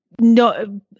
no